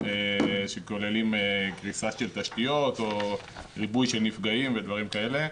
שכוללים קריסה של תשתיות או ריבוי של נפגעים ודברים כאלה,